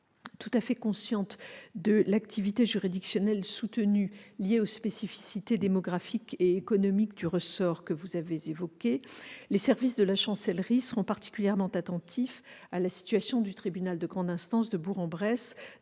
Tout à fait conscients de l'activité juridictionnelle soutenue, liée aux spécificités démographiques et économiques du ressort que vous avez évoqué, les services de la Chancellerie seront particulièrement attentifs à la situation du tribunal de grande instance de Bourg-en-Bresse,